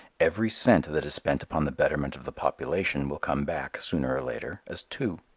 every cent that is spent upon the betterment of the population will come back, sooner or later, as two.